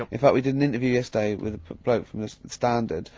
in fact, we did an interview yesterday with a bloke from the standard,